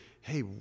hey